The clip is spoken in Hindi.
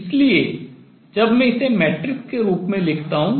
इसलिए जब मैं इसे मैट्रिक्स के रूप में लिखता हूँ